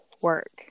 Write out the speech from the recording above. work